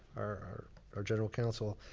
our our general counsel.